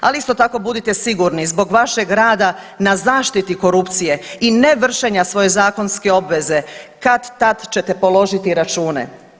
Ali isto tako budite sigurni zbog vašeg rada na zaštiti korupcije i nevršenja svoje zakonske obveze kad-tad ćete položiti račune.